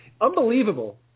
Unbelievable